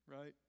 Right